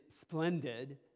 splendid